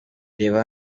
reba